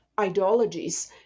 ideologies